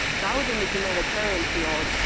i was in the humanitarian field,